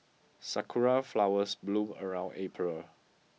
sakura flowers bloom around April